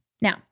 Now